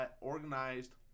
organized